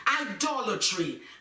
idolatry